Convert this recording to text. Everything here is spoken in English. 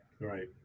Right